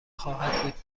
خواهد